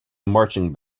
marching